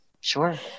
Sure